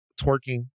twerking